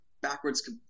backwards